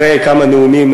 אחרי כמה נאומים